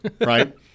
right